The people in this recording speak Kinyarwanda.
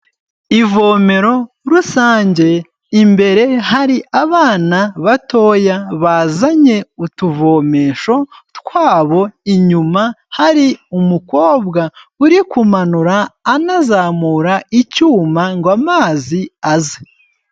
Ivomero rusange imbere hari abana batoya bazanye utuvomesho twabo, inyuma hari umukobwa uri kumanura anazamura icyuma ngo amazi aze.